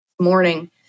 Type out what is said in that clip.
morning